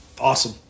awesome